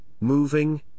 moving